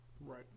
right